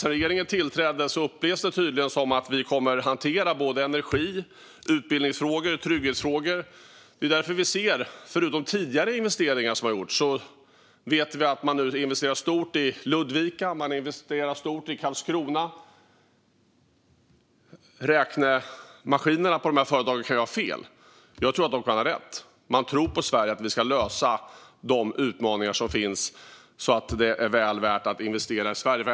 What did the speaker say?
Sedan regeringen tillträdde upplevs det tydligen som att vi kommer att hantera både energifrågor, utbildningsfrågor och trygghetsfrågor. Det är därför vi ser att man nu, förutom tidigare investeringar som har gjorts, investerar stort i Ludvika och i Karlskrona. Räknemaskinerna på de här företagen kan ju ha fel, men jag tror att de kan ha rätt. Man tror på Sverige, och man tror att vi kan lösa de utmaningar som finns så att det är väl värt att investera i Sverige.